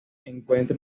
encuentra